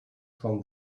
from